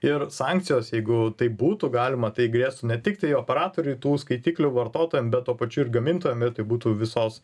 ir sankcijos jeigu taip būtų galima tai grėstų ne tik tai operatoriui tų skaitiklių vartotojam bet tuo pačiu ir gamintojam ir tai būtų visos